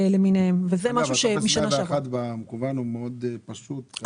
טופס 101 במקוון הוא מאוד פשוט.